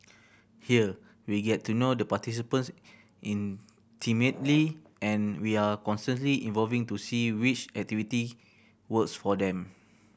here we get to know the participants intimately and we are constantly evolving to see which activity works for them